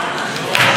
גברתי,